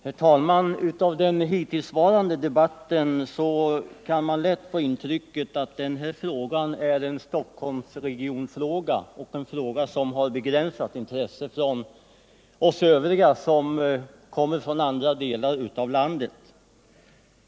Herr talman! Av den hittillsvarande debatten kan man lätt få intrycket att den här frågan är en Stockholmsregionsfråga av begränsat intresse för oss som kommer från andra delar av landet.